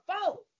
four